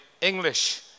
English